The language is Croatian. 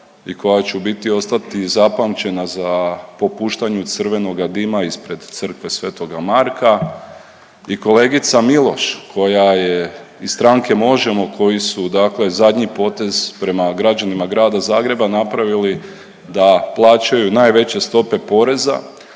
i koja će u biti ostati zapamćena za po puštanju crvenoga dima ispred Crkve sv. Marka i kolegica Miloš koja je iz stranke Možemo! koji su dakle potez prema građanima Grada Zagreba napravili da plaćaju najveće stope poreza